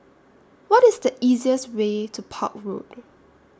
What IS The easiest Way to Park Road